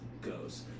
goes